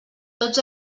tots